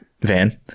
van